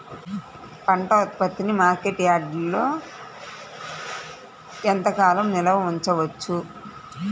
పంట ఉత్పత్తిని మార్కెట్ యార్డ్లలో ఎంతకాలం నిల్వ ఉంచవచ్చు?